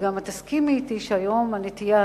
ואת גם תסכימי אתי שהיום הנטייה,